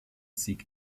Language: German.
sieg